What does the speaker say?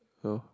no